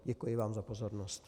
Děkuji vám za pozornost.